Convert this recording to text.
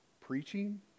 preaching